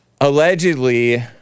allegedly